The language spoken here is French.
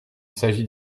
s’agit